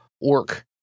orc